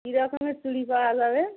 কী রকমের চুড়ি পাওয়া যাবে